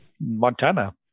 Montana